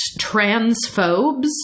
transphobes